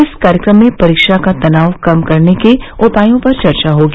इस कार्यक्रम में परीक्षा का तनाव कम करने के उपायों पर चर्चा होगी